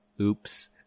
oops